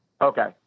okay